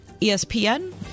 ESPN